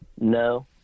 No